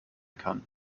kann